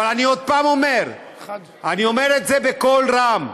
אבל אני עוד פעם אומר, ואני אומר את זה בקול רם,